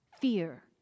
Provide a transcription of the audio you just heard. fear